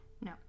no